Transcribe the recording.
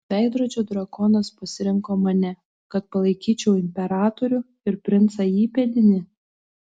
veidrodžio drakonas pasirinko mane kad palaikyčiau imperatorių ir princą įpėdinį